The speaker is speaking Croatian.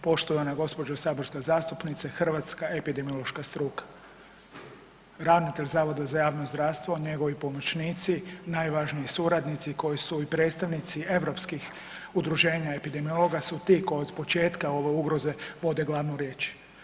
Poštovana gospođo saborska zastupnice, hrvatska epidemiološka struka, ravnatelja Zavoda za javno zdravstvo, njegovi pomoćnici, najvažniji suradnici koji su i predstavnici europskih udruženja epidemiologa su ti koji od početka ove ugroze vode glavnu riječ.